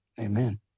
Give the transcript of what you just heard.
Amen